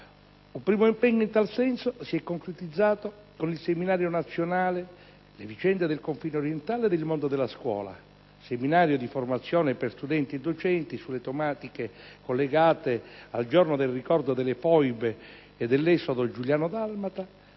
Un primo impegno in tal senso si è concretizzato con il seminario nazionale «Le vicende del confine orientale ed il mondo della scuola» (seminario di formazione per studenti e docenti sulle tematiche collegate al Giorno del ricordo delle foibe e dell'esodo giuliano-dalmata),